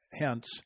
hence